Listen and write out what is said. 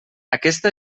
aquesta